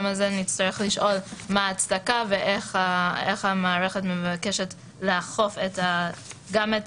גם על זה נצטרך לשאול מה ההצדקה ואיך המערכת מבקשת לאכוף גם את